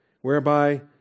whereby